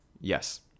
Yes